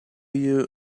you